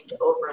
over